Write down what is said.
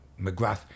McGrath